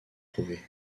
trouvés